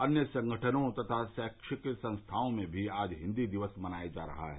अन्य संगठनों तथा शैक्षिक संस्थाओं में भी आज हिन्दी दिवस मनाया जा रहा है